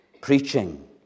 preaching